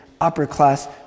upper-class